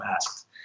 asked